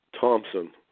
Thompson